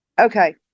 okay